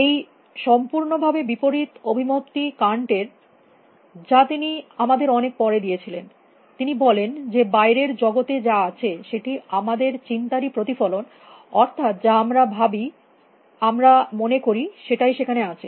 এই সম্পূর্ণভাবে বিপরীত অভিমতটি কান্টের আমাদের অনেক পরে দিয়েছিলেন তিনি বলেন যে বাইরের জগতে যা আছে সেটি আমাদের চিন্তারই প্রতিফলন অর্থাৎ যা আমরা ভাবি আমরা মনে করি সেটাই সেখানে আছে